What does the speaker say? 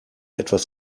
etwas